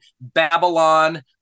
Babylon